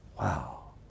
Wow